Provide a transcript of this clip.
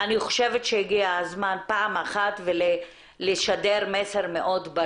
אני חושבת שהגיע הזמן פעם אחת לשדר מסר מאוד.